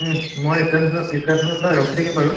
মই ষ্টেশ্যনতে ৰখি থাকিম বাৰু